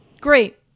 Great